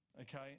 okay